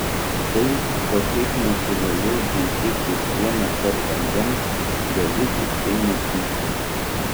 tai ko taip natūraliai geidi kaip duonos ar vandens gali tiktai matyti